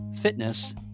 fitness